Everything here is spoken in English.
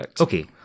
Okay